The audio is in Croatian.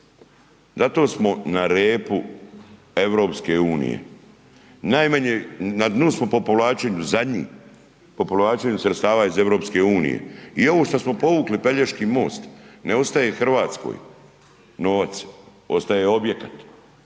zato smo na repu EU-a. Na dnu smo po povlačenju, zadnji, po povlačenju sredstava iz EU-a i ovo što smo povukli Pelješki most, ne ostaje Hrvatskoj novac, ostaje objekat,